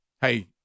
Hey